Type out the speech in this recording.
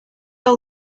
old